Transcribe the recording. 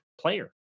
player